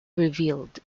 revealed